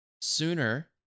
Sooner